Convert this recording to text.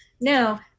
Now